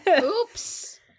oops